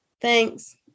Thanks